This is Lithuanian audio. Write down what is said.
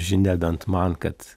žinia bent man kad